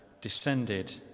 descended